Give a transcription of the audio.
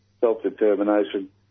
self-determination